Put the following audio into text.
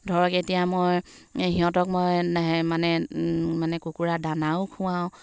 ধৰক এতিয়া মই সিহঁতক মই এই মানে মানে কুকুৰাক দানাও খোৱাাওঁ